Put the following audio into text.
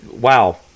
wow